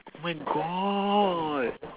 oh my god